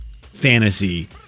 fantasy